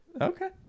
Okay